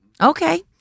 Okay